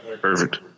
Perfect